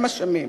הם אשמים,